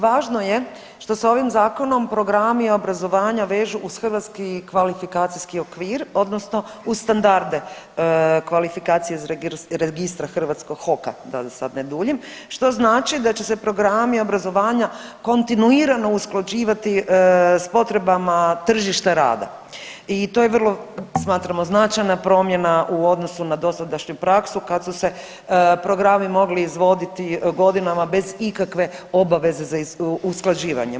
Važno je što se ovim zakonom programi obrazovanja vežu uz hrvatski kvalifikacijski okvir odnosno uz standarde kvalifikacije iz registra hrvatskog HOK-a, da sada ne duljim, što znači da će se programi obrazovanja kontinuirano usklađivati s potrebama tržišta rada i to je vrlo smatramo značajna promjena u odnosu na dosadašnju praksu kad su se programi mogli izvoditi godinama bez ikakve obaveze za usklađivanjem.